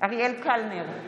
אריאל קלנר,